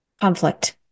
conflict